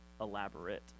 elaborate